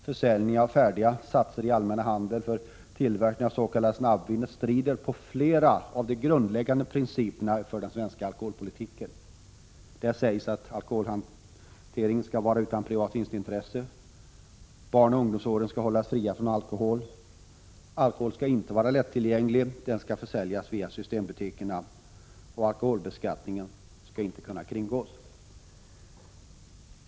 Försäljning av färdiga satser i den allmänna handeln för tillverkning av det s.k. snabbvinet strider mot flera av de grundläggande principerna för den svenska alkoholpolitiken: = Alkohol skall inte vara lättillgänglig. Den skall försäljas via systembutikerna - Alkoholbeskattningen skall inte kunna kringgås.